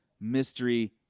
mystery